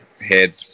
head